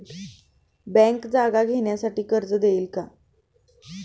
Bank जागा घेण्यासाठी कर्ज देईल का?